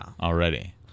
already